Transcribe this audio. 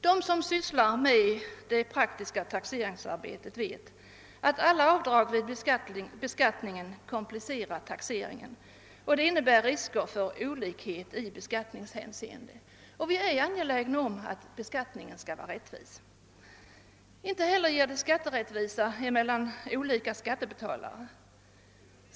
Alla som sysslar med praktiskt taxeringsarbete vet att avdrag vid beskattningen komplicerar förfarandet, och detta innebär risk för olikheter vid beskattningen. Vi är emellertid angelägna om att beskattningen skall vara rättvis. Avdragen skapar heller inte rättvisa mellan olika skattebetalare.